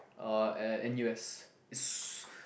uh at N_U_S is su~